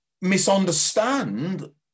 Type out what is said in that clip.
misunderstand